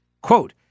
Quote